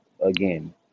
again